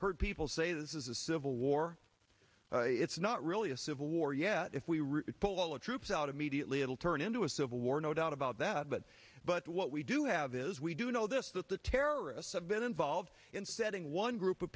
heard people say this is a civil war it's not really a civil war yet if we recall a troops out immediately it'll turn into a civil war no doubt about that but but what we do have is we do know this that the terrorists have been involved in setting one group of